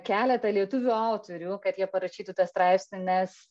keletą lietuvių autorių kad jie parašytų tą straipsnį nes